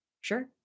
Sure